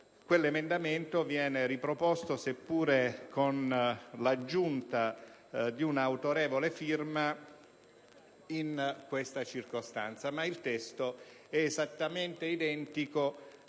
Quell'emendamento viene riproposto, seppure con l'aggiunta di un'autorevole firma, in questa sede, ma il testo è esattamente identico